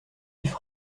vifs